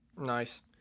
Nice